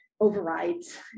Overrides